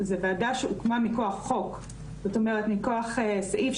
ומה השינוי שאתם מתכננים, אמרת שאתם דנים